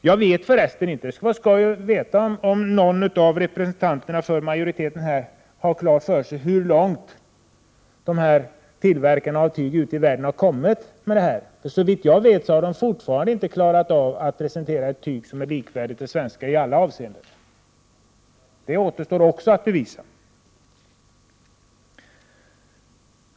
Det skulle vara mycket intressant att få veta om någon av representanterna för majoriteten i utskottet har klart för sig hur långt tillverkarna av tyget ute i världen har kommit. Såvitt jag kan förstå har de fortfarande inte klarat av att presentera ett tyg som i alla avseenden är likvärdigt det svenska. Detta återstår också att bevisa.